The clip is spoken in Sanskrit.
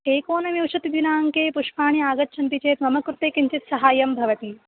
एकोनविंशतिदिनाङ्के पुष्पाणि आगच्छन्ति चेत् मम कृते किञ्चित् सहायः भवति